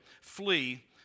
flee